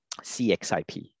CXIP